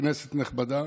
כנסת נכבדה,